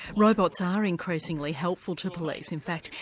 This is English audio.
robots are increasingly helpful to police in fact,